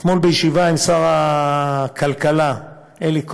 אתמול בישיבה עם שר הכלכלה אלי כהן,